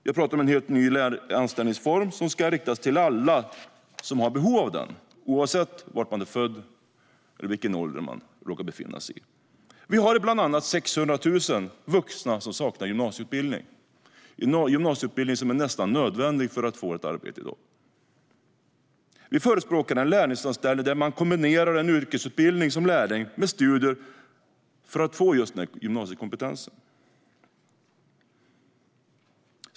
Jag talar om en helt ny anställningsform som ska riktas till alla som har behov av den, oavsett var man är född eller ålder. Vi har bland annat 600 000 vuxna som saknar gymnasieutbildning, som är nästan nödvändig för att få ett arbete i dag. Vi förespråkar en lärlingsanställning där man kombinerar en yrkesutbildning som lärling med studier för att få just gymnasiekompetens.